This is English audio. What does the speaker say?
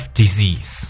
disease